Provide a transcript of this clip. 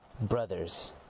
Brothers